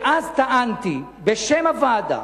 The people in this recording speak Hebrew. ואז טענתי בשם הוועדה,